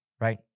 Right